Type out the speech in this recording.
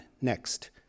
next